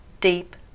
deep